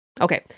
Okay